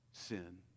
sin